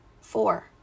four